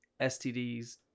STDs